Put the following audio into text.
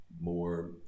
more